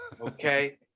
Okay